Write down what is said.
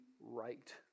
right